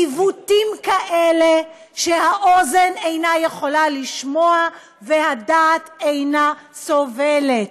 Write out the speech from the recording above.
עיוותים כאלה שהאוזן אינה יכולה לשמוע והדעת אינה סובלת.